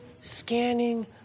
scanning